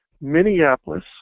Minneapolis